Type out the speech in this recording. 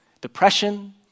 Depression